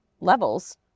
levels